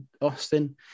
Austin